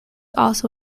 also